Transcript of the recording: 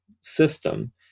system